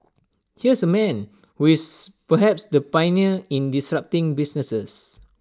here's A man who is perhaps the pioneer in disrupting businesses